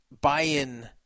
buy-in